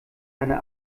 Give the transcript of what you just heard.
deine